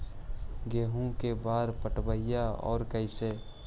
गेहूं के बार पटैबए और कैसे?